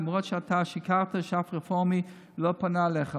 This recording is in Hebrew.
למרות שאתה שיקרת שאף רפורמי לא פנה אליך,